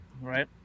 Right